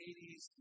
80s